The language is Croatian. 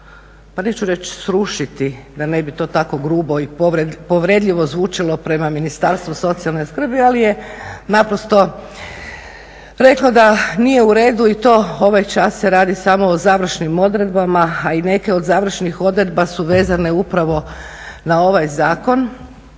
pa neću srušiti, da ne bi to tako grubo i povredljivo zvučalo prema Ministarstvu socijalne skrbi, ali je naprosto reklo da nije u redu i to ovaj čas se radi samo o završnim odredbama, a i neke od završnih odredbi su vezane upravo na ovaj zakon.